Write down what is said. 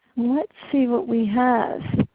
let's see what we have.